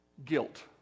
guilt